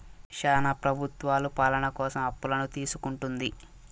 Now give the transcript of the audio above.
శ్యానా ప్రభుత్వాలు పాలన కోసం అప్పులను తీసుకుంటుంది